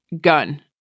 gun